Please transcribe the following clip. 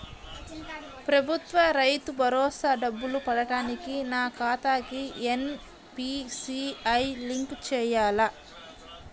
ప్రభుత్వ రైతు భరోసా డబ్బులు పడటానికి నా ఖాతాకి ఎన్.పీ.సి.ఐ లింక్ చేయాలా?